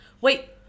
Wait